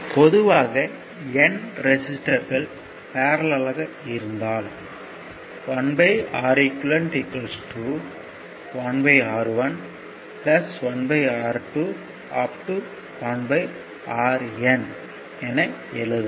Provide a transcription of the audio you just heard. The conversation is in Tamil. பொதுவாக N ரெசிஸ்டர்கள் பர்ல்லேல்யாக இருந்தால் 1Req 1R11R2 1RN என எழுதலாம்